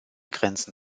grenzen